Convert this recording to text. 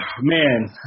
Man